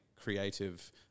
creative